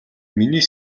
миний